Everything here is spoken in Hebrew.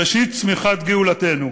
ראשית צמיחת גאולתנו,